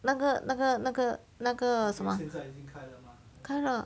那个那个那个那个什么 ah 开了